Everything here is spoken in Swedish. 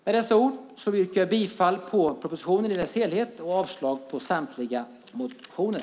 Med dessa ord yrkar jag bifall till propositionen i dess helhet och avslag på samtliga motioner.